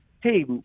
hey